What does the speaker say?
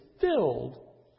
filled